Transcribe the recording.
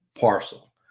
parcel